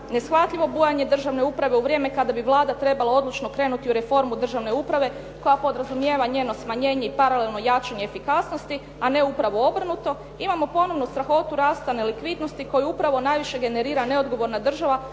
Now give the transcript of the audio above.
neshvatljivo bujanje državne uprave u vrijeme kada bi Vlada trebala odlučno krenuti u reformu državne uprave koja podrazumijeva njeno smanjenje i paralelno jačanje efikasnosti, a ne upravo obrnuto. Imamo ponovnu strahotu rasta nelikvidnosti koju upravo najviše generira neodgovorna država